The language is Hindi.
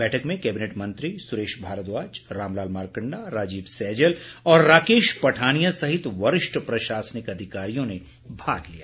बैठक में कैबिनेट मंत्री सुरेश भारद्वाज रामलाल मारकंडा राजीव सैजल और राकेश पठानिया सहित वरिष्ठ प्रशासनिक अधिकारियों ने भाग लिया